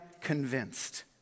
convinced